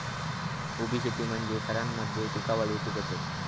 उभी शेती म्हणजे थरांमध्ये पिका वाढवुची पध्दत